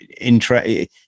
interest